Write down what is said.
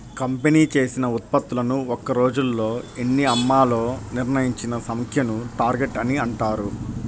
company చేసిన ఉత్పత్తులను ఒక్క రోజులో ఎన్ని అమ్మాలో నిర్ణయించిన సంఖ్యను టార్గెట్ అని అంటారు